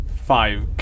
five